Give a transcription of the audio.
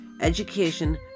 education